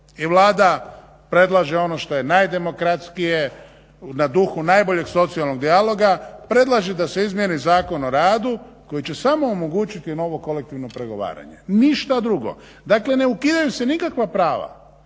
I Vlada predlaže ono što je najdemokratskije, na duhu najboljeg socijalnog dijaloga, predlaže da se izmijeni Zakon o radu koji će samo omogućiti novo kolektivno pregovaranje, ništa drugo. Dakle ne ukidaju se nikakva prava